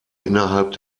innerhalb